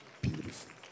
beautiful